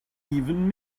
even